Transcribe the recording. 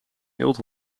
eelt